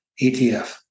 ETF